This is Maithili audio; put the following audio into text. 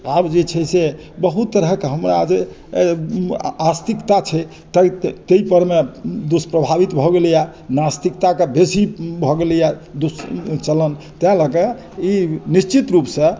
आब जे छै से बहुत तरहकेँ हमरा जे आस्तिकता छै ताहिपरमे दुष्प्रभावित भऽ गेलैया नास्तिकताकेँ बेसी भऽ गेलै हँ चलन तै लऽ कऽ ई निश्चित रूपसँ